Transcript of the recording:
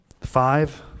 Five